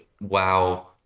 WoW